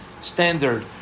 standard